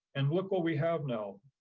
and look what we have now,